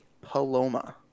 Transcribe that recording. Paloma